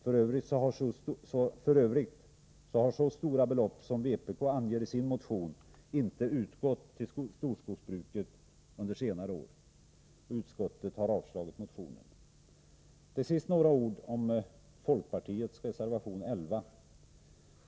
F. ö. har så stora belopp som vpk anger i sin motion inte utgått till storskogsbruket under senare år. Utskottet har avstyrkt motionen. Till sist några ord om folkpartireservationen 11.